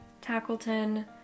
Tackleton